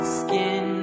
skin